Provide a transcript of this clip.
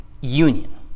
union